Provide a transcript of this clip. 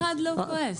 אף אחד לא כועס.